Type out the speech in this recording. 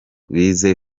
bize